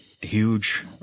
huge